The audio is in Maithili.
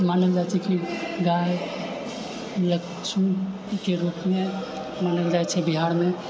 मानल जाइ छै की गाय लक्ष्मीके रूपमे मानल जाइ छै बिहारमे